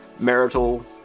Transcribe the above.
marital